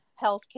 healthcare